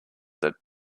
that